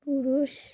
পুরুষ